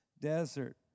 desert